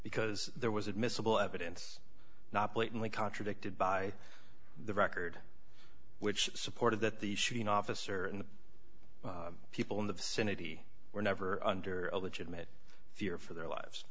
because there was admissible evidence not blatantly contradicted by the record which supported that the shooting officer and the people in the vicinity were never under a legitimate fear for their lives